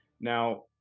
Now